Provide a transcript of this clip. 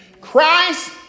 Christ